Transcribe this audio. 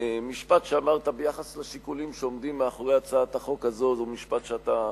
שהמשפט שאמרת ביחס לשיקולים שעומדים מאחורי הצעת החוק הזאת זה משפט שאתה